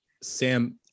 Sam